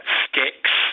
sticks